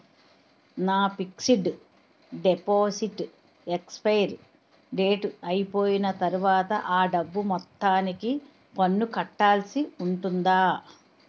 నా fixed deposit expiry date అయిపోయిన తర్వాత అ డబ్బు మొత్తానికి పన్ను కట్టాల్సి ఉంటుందా?